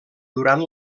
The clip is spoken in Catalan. durant